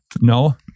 No